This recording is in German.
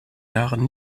jahren